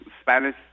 Spanish